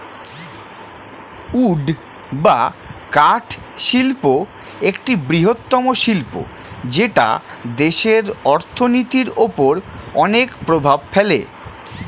would বা কাঠ শিল্প একটি বৃহত্তম শিল্প যেটা দেশের অর্থনীতির ওপর অনেক প্রভাব ফেলে